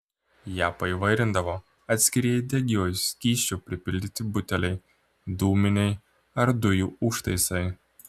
ją paįvairindavo atskrieję degiuoju skysčiu pripildyti buteliai dūminiai ar dujų užtaisai